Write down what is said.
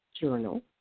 journal